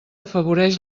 afavoreix